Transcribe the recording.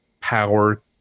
power